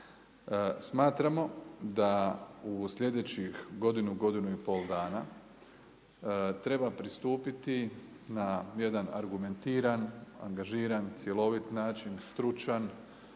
Smatramo da u sljedećih godinu, godinu i pol dana, treba pristupiti na jedan argumentiran, angažiran, cjeloviti način, stručan,